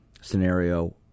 scenario